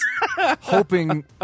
hoping